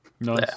Nice